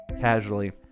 casually